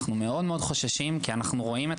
אנחנו מאוד חוששים כי אנחנו רואים את